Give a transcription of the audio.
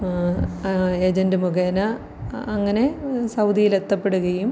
agent മുഖേന അങ്ങനെ സൗദിയിലെത്തപ്പെടുകയും